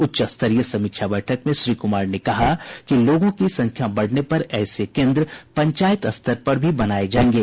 उच्च स्तरीय समीक्षा बैठक में श्री कुमार ने कहा कि लोगों की संख्या बढ़ने पर ऐसे केन्द्र पंचायत स्तर पर भी बनाये जायेंगे